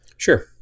sure